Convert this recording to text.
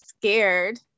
scared